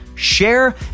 Share